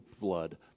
blood